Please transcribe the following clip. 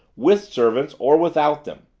with servants or without them.